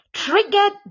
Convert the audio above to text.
Triggered